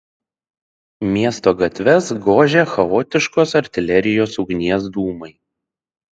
miesto gatves gožė chaotiškos artilerijos ugnies dūmai